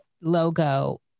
logo